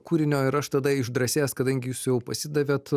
kūrinio ir aš tada išdrąsėjęs kadangi jūs jau pasidavėt